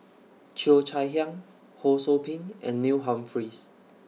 Cheo Chai Hiang Ho SOU Ping and Neil Humphreys